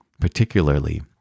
particularly